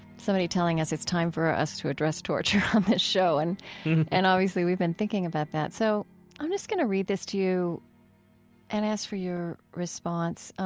somebody telling us it's time for us to address torture um on show. and and obviously we've been thinking about that. so i'm just going to read this to you and ask for your response